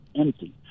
empty